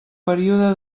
període